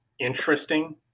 interesting